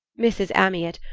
mrs. amyot,